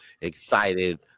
excited